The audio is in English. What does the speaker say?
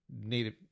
native